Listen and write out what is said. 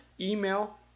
email